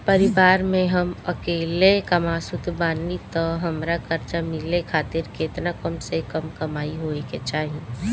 परिवार में हम अकेले कमासुत बानी त हमरा कर्जा मिले खातिर केतना कम से कम कमाई होए के चाही?